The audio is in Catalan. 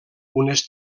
unes